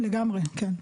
לגמרי, כן.